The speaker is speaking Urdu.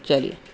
چلیے